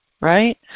right